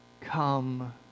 Come